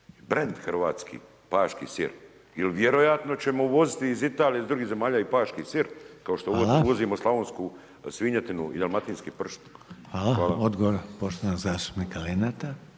brend hrvatski Paški sir jer vjerojatno ćemo uvozit iz Italije i drugih zemalja i Paški sir kao što uvozimo slavonsku svinjetinu i dalmatinski pršut? Hvala. **Reiner,